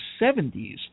70s